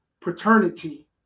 paternity